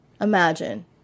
Imagine